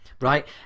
Right